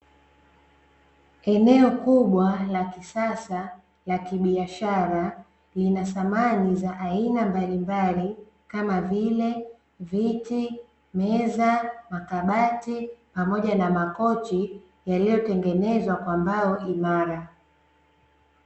Eneo kubwa la kisasa la kibiashara linasamani za aina mbalimbali kama vile viti, meza, makabati pamoja na makochi yaliyotengenezwa kwa mbao imara.